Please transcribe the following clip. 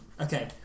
Okay